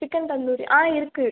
chicken tandoori ஆ இருக்கு